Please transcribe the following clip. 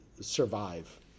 survive